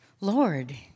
Lord